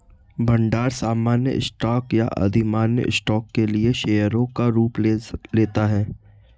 भंडार सामान्य स्टॉक या अधिमान्य स्टॉक के लिए शेयरों का रूप ले लेता है